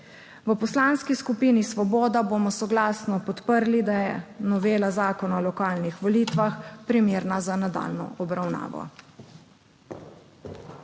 V Poslanski skupini Svoboda bomo soglasno podprli, da je novela Zakona o lokalnih volitvah primerna za nadaljnjo obravnavo.